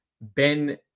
Ben